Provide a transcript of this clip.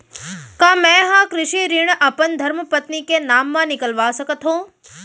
का मैं ह कृषि ऋण अपन धर्मपत्नी के नाम मा निकलवा सकथो?